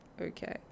okay